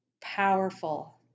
powerful